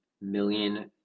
million